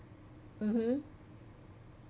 mmhmm